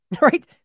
Right